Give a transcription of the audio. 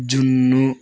జున్ను